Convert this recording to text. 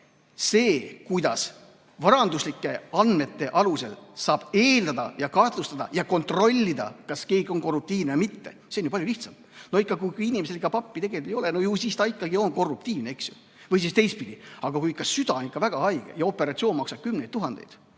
Sest vaadake, varanduslike andmete alusel saab eeldada ja kahtlustada ja kontrollida, kas keegi on korruptiivne või mitte – see on sel juhul ju palju lihtsam. No kui ikka inimesel pappi tegelikult ei ole, ju siis ta ikkagi on korruptiivne, eks ju. Või siis teistpidi. Kui süda on ikka väga haige ja operatsioon maksab kümneid tuhandeid,